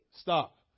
Stop